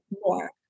more